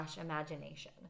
imagination